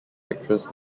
actress